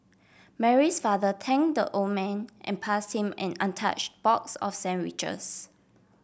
Mary's father thank the old man and pass him an untouch box of sandwiches